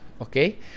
okay